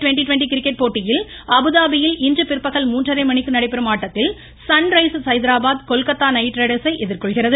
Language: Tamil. ட்வெண்ட்டி ட்வெண்ட்டி கிரிக்கெட் போட்டியில் அபுதாபியில் இன்று பிந்பகல் மூன்றரை மணிக்கு நடைபெறும் ஆட்டத்தில் Sunrisers Hyderabad Kolkata Knight ரைடர்ஸை எதிர்கொள்கிறது